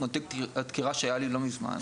כמו תיק הדקירה שהיה לי לא מזמן,